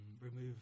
remove